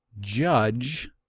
Judge